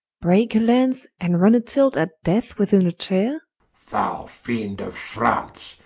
breake a launce, and runne a-tilt at death, within a chayre foule fiend of france,